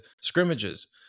scrimmages